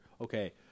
okay